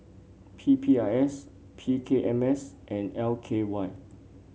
P P I S P K M S and L K Y